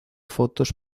fotos